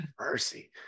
mercy